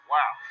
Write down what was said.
Wow